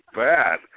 bad